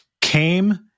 came